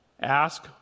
Ask